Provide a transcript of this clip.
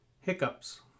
hiccups